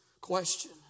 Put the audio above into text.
question